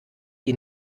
die